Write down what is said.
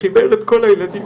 וחיבר את כל הילדים.